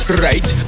right